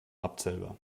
abzählbar